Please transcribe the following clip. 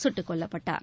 சுட்டுக் கொல்லப்பட்டான்